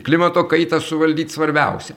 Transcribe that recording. klimato kaitą suvaldyt svarbiausia